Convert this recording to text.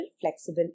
flexible